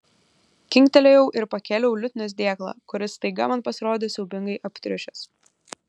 kinktelėjau ir pakėliau liutnios dėklą kuris staiga man pasirodė siaubingai aptriušęs